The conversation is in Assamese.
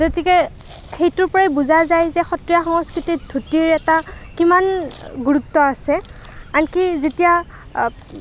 গতিকে সেইটোৰপৰাই বুজা যায় যে সত্ৰীয়া সংস্কৃতিত ধুতিৰ এটা কিমান গুৰুত্ব আছে আনকি যেতিয়া